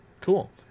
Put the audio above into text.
Cool